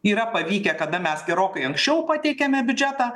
yra pavykę kada mes gerokai anksčiau pateikėme biudžetą